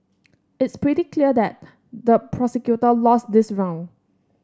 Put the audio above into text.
it's pretty clear that the prosecutor lost this round